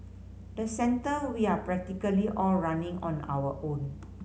the centre we are practically all running on our own